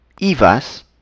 IVAS